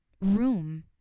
room